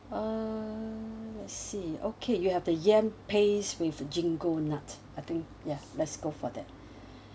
uh let's see okay you have the yam paste with gingko nuts I think ya let's go for that